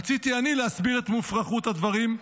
רציתי אני להסביר את מופרכות הדברים,